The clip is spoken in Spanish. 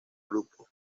grupo